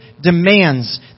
demands